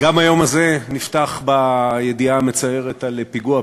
גם היום הזה נפתח בידיעה המצערת על פיגוע,